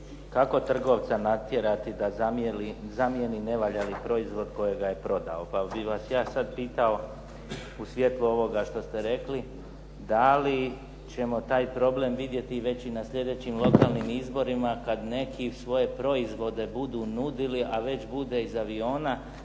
kako trgovca natjerati da zamijeni nevaljali proizvod kojega je prodao, pa bih vas ja sad pitao u svjetlu ovoga što ste rekli da li ćemo taj problem vidjeti već i na sljedećim lokalnim izborima kad neki svoje proizvode budu nudili, a već bude iz aviona